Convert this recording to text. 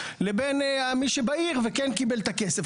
לבין מי שבעיר וכן קיבל את הכסף.